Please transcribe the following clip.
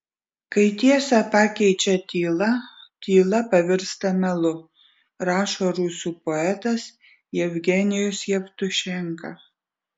kai tiesą pakeičia tyla tyla pavirsta melu rašo rusų poetas jevgenijus jevtušenka